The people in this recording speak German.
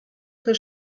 für